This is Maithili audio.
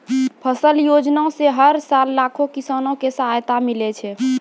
फसल योजना सॅ हर साल लाखों किसान कॅ सहायता मिलै छै